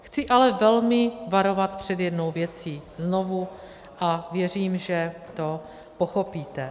Chci ale velmi varovat před jednou věcí znovu a věřím, že to pochopíte.